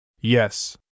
Yes